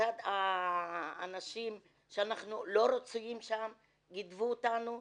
מצד אנשים, גידפו אותנו,